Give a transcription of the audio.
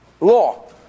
law